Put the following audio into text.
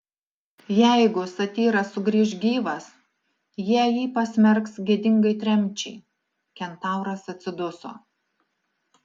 jeigu satyras sugrįš gyvas jie jį pasmerks gėdingai tremčiai kentauras atsiduso